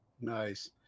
Nice